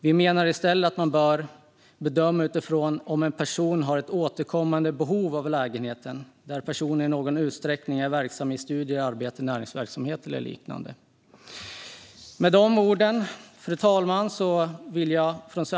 Vi menar i stället att man bör bedöma om en person har ett återkommande behov av en lägenhet, där personen i någon utsträckning är verksam med studier, arbete, näringsverksamhet eller liknande. Fru talman!